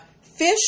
fish